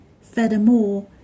Furthermore